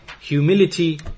humility